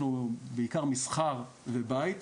אנחנו בעיקר מסחר ובית,